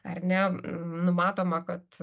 ar ne numatoma kad